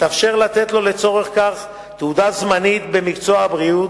יתאפשר לתת לו לצורך זה תעודה זמנית במקצוע הבריאות.